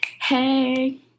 Hey